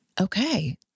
okay